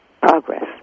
progress